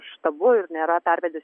štabu ir nėra pervedęs